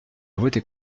voter